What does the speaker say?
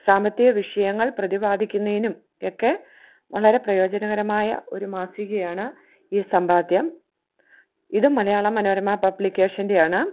സാമ്പത്തിക വിഷയങ്ങൾ പ്രതിപാദിക്കുന്നതിനും ഒക്കെ വളരെ പ്രയോജനകരമായ ഒരു മാസികയാണ് ഈ സമ്പാദ്യം ഇതും മലയാള മനോരമ പബ്ലിക്കേഷൻ്റെയാണ്